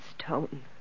stone